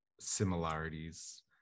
similarities